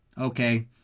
okay